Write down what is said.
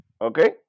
Okay